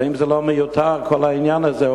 האם זה לא מיותר, כל העניין הזה?